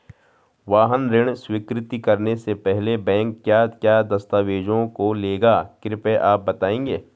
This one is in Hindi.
वाहन ऋण स्वीकृति करने से पहले बैंक क्या क्या दस्तावेज़ों को लेगा कृपया आप बताएँगे?